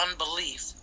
unbelief